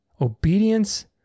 Obedience